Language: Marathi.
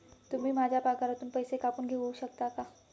तुम्ही माझ्या पगारातून पैसे कापून घेऊ शकता का?